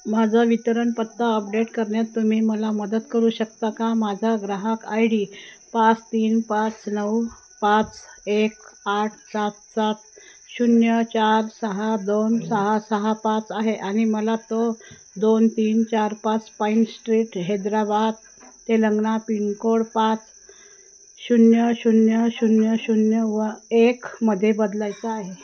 माझा वितरणपत्ता अपडेट करण्यात तुम्ही मला मदत करू शकता का माझा ग्राहक आय डी पाच तीन पाच नऊ पाच एक आठ सात सात शून्य चार सहा दोन सहा सहा पाच आहे आणि मला तो दोन तीन चार पाच pine street Hyderabad Telangana pincode पाच शून्य शून्य शून्य शून्य व एकमध्ये बदलायचा आहे